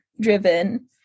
driven